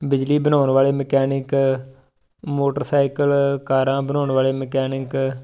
ਬਿਜਲੀ ਬਣਾਉਣ ਵਾਲੇ ਮਕੈਨਿਕ ਮੋਟਰਸਾਈਕਲ ਕਾਰਾਂ ਬਣਾਉਣ ਵਾਲੇ ਮਕੈਨਿਕ